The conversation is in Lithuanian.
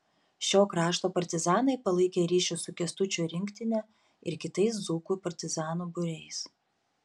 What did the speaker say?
šio krašto partizanai palaikė ryšius su kęstučio rinktine ir kitais dzūkų partizanų būriais